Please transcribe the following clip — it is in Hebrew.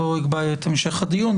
לא אקבע את המשך הדיון,